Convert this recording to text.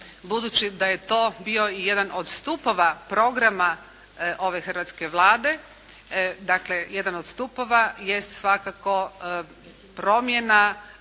budući da je to bio i jedan od stupova programa ove hrvatske Vlade, dakle jedan od stupova jest svakako promjena